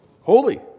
holy